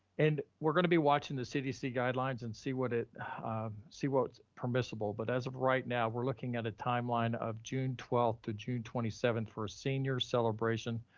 and we're gonna be watching the cdc, guidelines and see what it see what's permissible. but as of right now, we're looking at a timeline of june twelfth to june twenty seventh for a senior celebration.